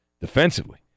defensively